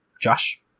Josh